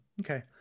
Okay